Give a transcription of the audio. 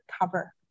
cover